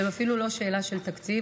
שהם אפילו לא רק שאלה של תקציב,